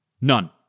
None